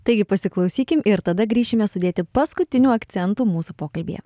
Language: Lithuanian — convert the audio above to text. taigi pasiklausykim ir tada grįšime sudėti paskutinių akcentų mūsų pokalbyje